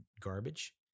Garbage